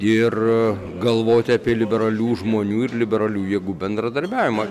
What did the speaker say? ir galvoti apie liberalių žmonių ir liberalių jėgų bendradarbiavimą